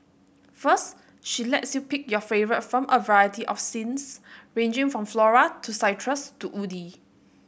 first she lets you pick your favourite from a variety of scents ranging from floral to citrus to woody